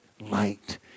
light